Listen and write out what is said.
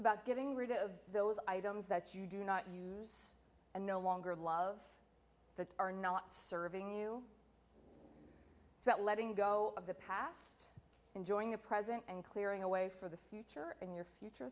about getting rid of those items that you do not use and no longer love that are not serving you it's about letting go of the past enjoying the present and clearing away for the future and your future